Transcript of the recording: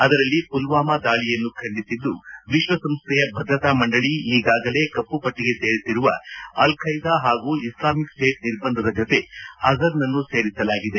ಅದರಲ್ಲಿ ಪುಲ್ವಾಮಾ ದಾಳಿಯನ್ನು ಖಂಡಿಸಿದ್ದು ವಿಶ್ವಸಂಸ್ವೆಯ ಭದ್ರತಾ ಮಂಡಳಿ ಈಗಾಗಲೇ ಕಪ್ಪು ಪಟ್ಟಿಗೆ ಸೇರಿಸಿರುವ ಅಲ್ ಖ್ವೆದಾ ಹಾಗೂ ಇಸ್ಲಾಮಿಕ್ ಸ್ಸೇಟ್ ನಿರ್ಬಂಧದ ಜತೆ ಅಜ಼ರ್ನ್ನು ಸೇರಿಸಲಾಗಿದೆ